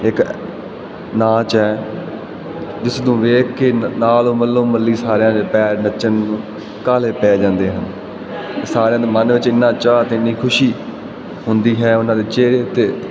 ਇੱਕ ਨਾਚ ਐ ਜਿਸ ਨੂੰ ਵੇਖ ਕੇ ਨਾਲ ਮੱਲੋ ਮੱਲੀ ਸਾਰਿਆਂ ਦੇ ਪੈਰ ਨੱਚਣ ਨੂੰ ਕਾਲੇ ਪੈ ਜਾਂਦੇ ਹਨ ਸਾਰਿਆਂ ਦੇ ਮਨ ਵਿੱਚ ਇੰਨਾ ਚਾਹ ਤੇ ਇਨੀ ਖੁਸ਼ੀ ਹੁੰਦੀ ਹੈ ਉਹਨਂ ਦੇ ਚਿਹਰੇ ਉੱਤੇ